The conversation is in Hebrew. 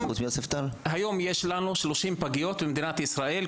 היום יש לנו 30 פגיות במדינת ישראל,